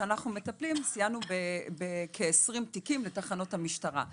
סייענו בכ-20 תיקים לתחנות המשטרה בתיקים שאנחנו מטפלים.